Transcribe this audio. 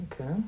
Okay